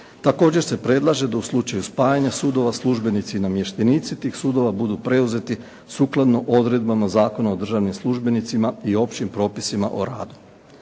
Također se predlaže da u slučaju spajanja sudova službenici i namještenici tih sudova budu preuzeti sukladno odredbama Zakona o državnim službenicima i općim propisima o radu.